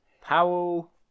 Powell